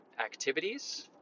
activities